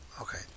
Okay